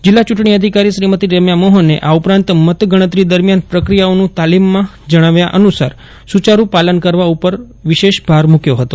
જિલ્લા ચૂંટણી અધિકારી શ્રીમતી રેમ્યા મોહને આ ઉપરાંત મતગણતરી દરમિયાન પ્રક્રિયાઓનું તાલીમમાં જણાવ્યા અનુસાર સુચારૂ પાલન કરવા ઉપર તેમણે વિશેષ ભાર મૂકયો હતો